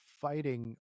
fighting